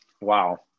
Wow